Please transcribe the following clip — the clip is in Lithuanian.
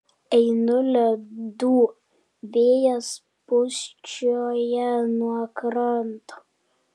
einu ledu vėjas pūsčioja nuo kranto